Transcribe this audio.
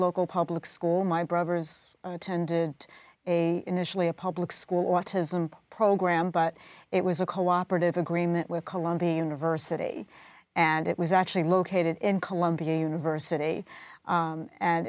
local public school my brothers attended a initially a public school autism program but it was a cooperative agreement with columbia university and it was actually located in columbia university